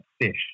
fish